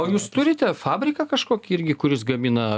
o jūs turite fabriką kažkokį irgi kuris gamina